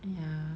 ya